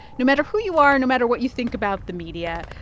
no matter who you are, no matter what you think about the media,